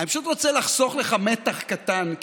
אני פשוט רוצה לחסוך לך מתח קטן,